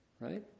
right